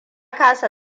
kasa